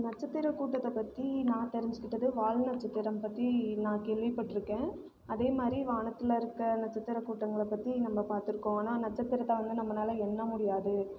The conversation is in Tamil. நட்சத்திரக் கூட்டத்தைப் பற்றி நான் தெரிஞ்சுக்கிட்டது வால் நட்சத்திரம் பற்றி நான் கேள்விப்பட்டிருக்கேன் அதேமாதிரி வானத்தில் இருக்க நட்சத்திரக் கூட்டங்களைப் பற்றி நம்ம பார்த்துருக்கோம் ஆனால் நட்சத்திரத்தலாம் நம்மளால எண்ண முடியாது